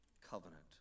covenant